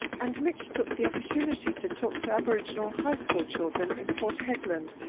and mitch took the opportunity to talk to aboriginal high school children in port hedland,